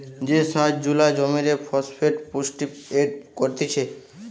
যে সার জুলা জমিরে ফসফেট পুষ্টি এড করতিছে